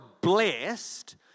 blessed